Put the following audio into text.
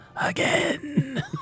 again